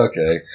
Okay